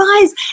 guys